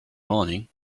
morning